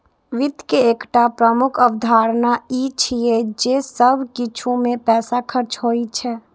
वित्त के एकटा प्रमुख अवधारणा ई छियै जे सब किछु मे पैसा खर्च होइ छै